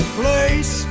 place